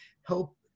help